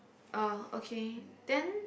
uh okay